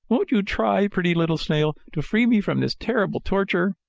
won't you try, pretty little snail, to free me from this terrible torture?